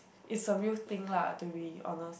it's a real thing lah to be honest